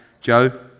Joe